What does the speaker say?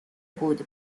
بود